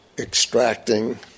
extracting